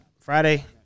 Friday